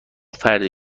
فردی